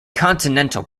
continental